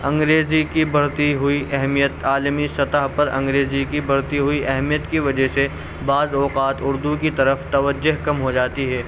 انگریزی کی بڑھتی ہوئی اہمیت عالمی سطح پر انگریزی کی بڑھتی ہوئی اہمیت کی وجہ سے بعض اوقات اردو کی طرف توجہ کم ہو جاتی ہے